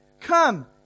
Come